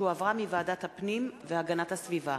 שהחזירה ועדת הפנים והגנת הסביבה.